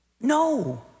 No